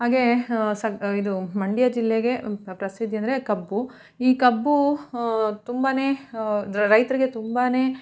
ಹಾಗೆಯೇ ಸಗ್ ಇದು ಮಂಡ್ಯ ಜಿಲ್ಲೆಗೆ ಪ್ರಸಿದ್ಧಿ ಅಂದರೆ ಕಬ್ಬು ಈ ಕಬ್ಬೂ ತುಂಬನೇ ರೈತರಿಗೆ ತುಂಬನೇ